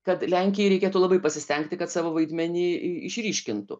kad lenkijai reikėtų labai pasistengti kad savo vaidmenį išryškintų